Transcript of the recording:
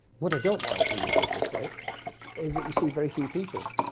what i don't like in this little clip is that you see very few people,